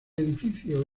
edificio